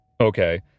Okay